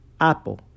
Apple